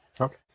Okay